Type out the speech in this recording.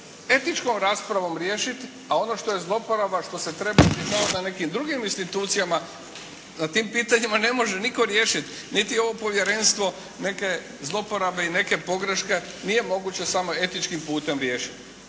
etičkom raspravom riješiti, a ono što je zloporaba što se treba … /Ne razumije se./ … nekim drugim institucijama, na tim pitanjima ne može nitko riješiti, niti ovo povjerenstvo neke zloporabe i neke pogreške nije moguće samo etičkim putem riješiti.